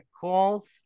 calls